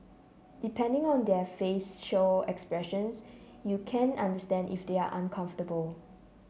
depending on their facial expressions you can understand if they are uncomfortable